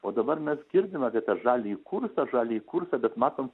o dabar mes girdim apie tą žaliąjį kursą žaliąjį kursą bet matom